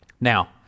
Now